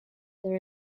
there